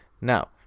Now